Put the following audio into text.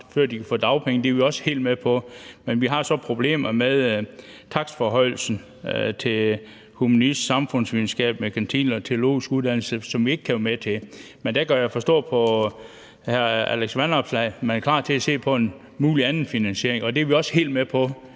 før de kan få dagpenge, er vi også helt med på. Men vi har så problemer med tilbagerulningen af takstforhøjelsen til de humanistiske, samfundsvidenskabelige, merkantile og teologiske uddannelser, som vi ikke kan være med til. Men der kan jeg forstå på hr. Alex Vanopslagh, at man er klar til at se på en mulig anden finansiering. Det er vi også helt med på